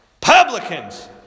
publicans